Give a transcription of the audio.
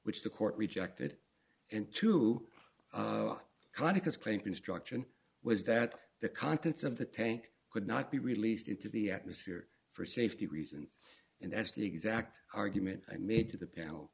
which the court rejected and to conduct its claim construction was that the contents of the tank could not be released into the atmosphere for safety reasons and that's the exact argument i made to the pan